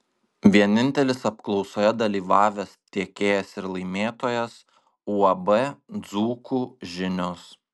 vienintelis apklausoje dalyvavęs tiekėjas ir laimėtojas uab dzūkų žinios